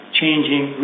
changing